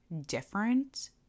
different